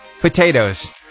potatoes